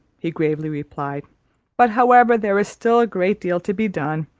he gravely replied but however there is still a great deal to be done.